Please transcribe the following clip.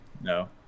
No